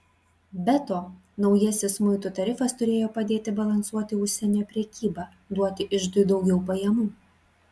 be to naujasis muitų tarifas turėjo padėti balansuoti užsienio prekybą duoti iždui daugiau pajamų